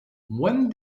when